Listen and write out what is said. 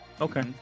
Okay